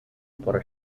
por